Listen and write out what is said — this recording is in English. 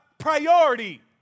priority